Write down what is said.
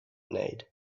need